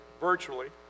virtually